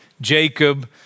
Jacob